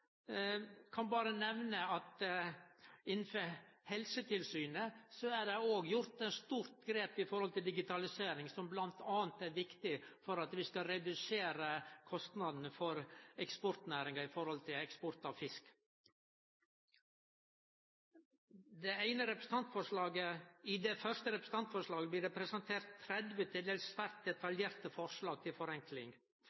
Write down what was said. kan nemne at innafor Helsetilsynet er det òg gjort eit stort digitaliseringsgrep, som bl.a. er viktig for å redusere kostnadene til eksportnæringa i samband med eksport av fisk. I det første representantforslaget blir det presentert 30 til dels svært